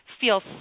feel